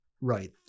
right